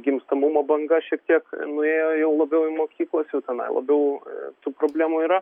gimstamumo banga šiek tiek nuėjo jau labiau į mokyklas jau tenai labiau tų problemų yra